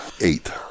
eight